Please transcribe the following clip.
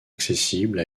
accessible